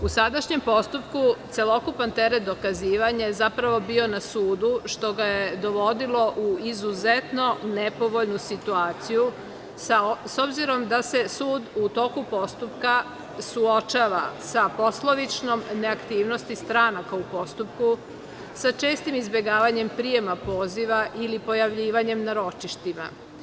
U sadašnjem postupku celokupan teret dokazivanja je zapravo bio na sudu, što ga je dovodilo u izuzetno nepovoljnu situaciju, s obzirom da se sud u toku postupka suočava sa poslovičnom neaktivnosti stranaka u postupku, sa čestim izbegavanjem prijema poziva ili pojavljivanjem na ročištima.